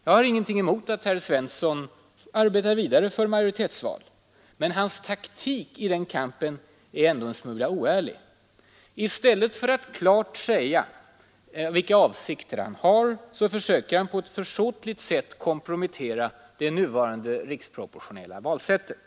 Jag har ingenting emot att herr Olle Svensson arbetar vidare för majoritetsval. Men hans taktik i den kampen är en smula oärlig. I stället för att klart säga vilka avsikter han har försöker han på ett försåtligt sätt kompromettera det nuvarande riksproportionella valsättet.